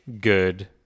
good